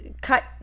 cut